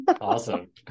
Awesome